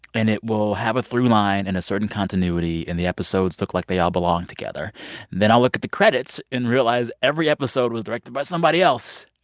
and it will have a throughline and a certain continuity, and the episodes look like they all belong together. and then i'll look at the credits and realize every episode was directed by somebody else.